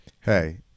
hey